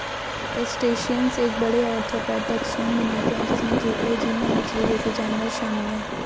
crustaceans एक बड़े, arthropod taxon बनाते हैं जिसमें केकड़े, झींगा मछली जैसे जानवर शामिल हैं